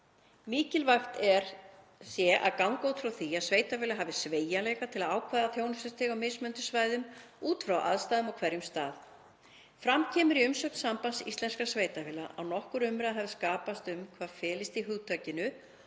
Mikilvægt sé að ganga út frá því að sveitarfélög hafi sveigjanleika til að ákveða þjónustustig á mismunandi svæðum út frá aðstæðum á hverjum stað. Fram kemur í umsögn Sambands íslenskra sveitarfélaga að nokkur umræða hafi skapast um hvað felist í hugtakinu